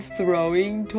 throwing